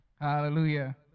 Hallelujah